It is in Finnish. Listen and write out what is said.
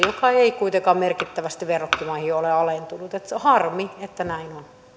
joka ei kuitenkaan merkittävästi verrokkimaihin ole alentunut harmi että näin